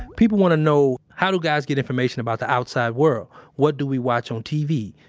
people want to know how do guys get information about the outside world. what do we watch on tv?